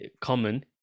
common